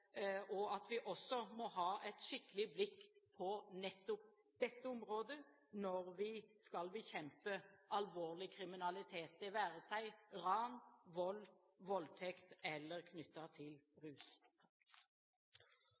og at vi også har et skikkelig blikk på nettopp dette området når vi skal bekjempe alvorlig kriminalitet – det være seg ran, vold, voldtekt eller saker knyttet til rus.